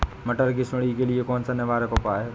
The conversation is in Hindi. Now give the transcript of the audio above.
मटर की सुंडी के लिए कौन सा निवारक उपाय है?